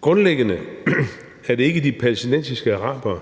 Grundlæggende er det ikke de palæstinensiske arabere,